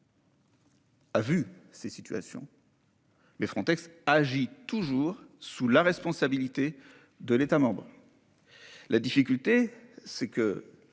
Ah vu ces situations. Mais Frontex agit toujours sous la responsabilité de l'État membre. La difficulté c'est que